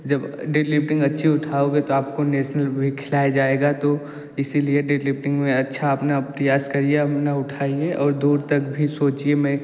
जब डेडलिफ्टिंग अच्छे उठाओगे तो आपको नेशनल भी खिलाया जाएगा तो इसी लिए डेडलिफ्टिंग में अच्छा अपना प्रयास करिए अपना उठाइए और दूर तक भी सोचिए मैं